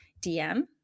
dm